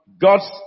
God's